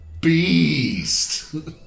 beast